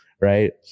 right